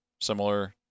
similar